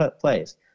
plays